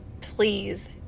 please